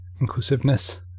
inclusiveness